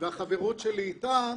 והחברות שלי איתם